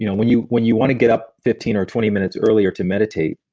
you know when you when you want to get up fifteen or twenty minutes earlier to meditate,